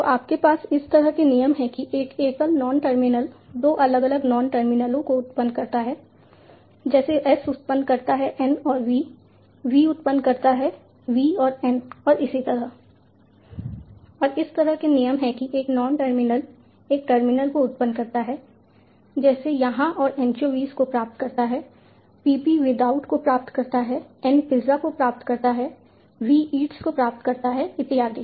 तो आपके पास इस तरह के नियम हैं कि एक एकल नॉन टर्मिनल 2 अलग अलग नॉन टर्मिनलों को उत्पन्न करता है जैसे S उत्पन्न करता है N और V V उत्पन्न करता है V और N और इसी तरह और इस तरह के नियम हैं कि एक नॉन टर्मिनल एक टर्मिनल को उत्पन्न करता है जैसे यहां और एनचोवीज को प्राप्त करता है PP विदाउट को प्राप्त करता है N पिज़्ज़ा को प्राप्त करता है V इट्स को प्राप्त करता है इत्यादि